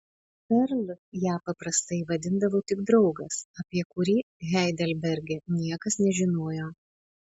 perl ją paprastai vadindavo tik draugas apie kurį heidelberge niekas nežinojo